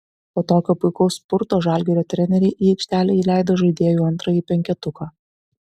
po tokio puikaus spurto žalgirio treneriai į aikštelę įleido žaidėjų antrąjį penketuką